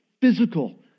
physical